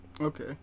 okay